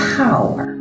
power